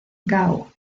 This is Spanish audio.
gao